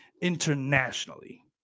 internationally